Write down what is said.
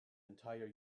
entire